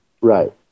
Right